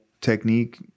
technique